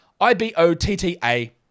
I-B-O-T-T-A